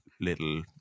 little